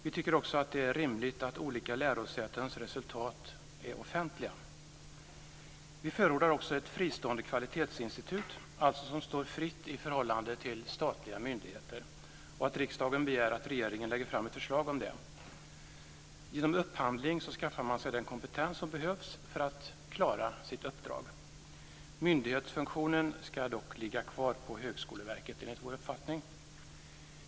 Vi tycker också att det är rimligt att olika lärosätens resultat är offentliga. Vi förordar också ett fristående kvarlitetsinstitut, som alltså står fritt i förhållande till statliga myndigheter, och att riksdagen begär att regeringen lägger fram ett förslag om det. Genom upphandling skaffar man sig den kompetens som behövs för att klara sitt uppdrag. Myndighetsfunktionen ska dock, enligt vår uppfattning, ligga kvar hos Högskoleverket.